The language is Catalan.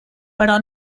però